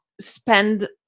spend